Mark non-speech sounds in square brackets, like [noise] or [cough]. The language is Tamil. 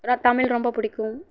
[unintelligible] தமிழ் ரொம்ப பிடிக்கும்